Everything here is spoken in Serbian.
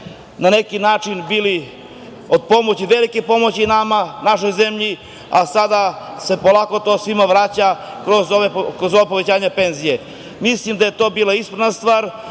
na neki način bili od pomoći, velike pomoći nama, našoj zemlji, a sada se to polako svima vraća kroz ova povećanja penzija. Mislim da je to bila ispravna stvar.